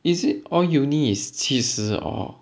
is it all uni is 七十 or